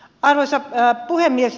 arvoisa puhemies